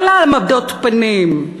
לא להעמדות פנים,